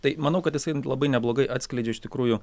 tai manau kad jisai labai neblogai atskleidžia iš tikrųjų